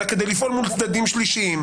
אלא כדי לפעול מול הצדדים השלישיים.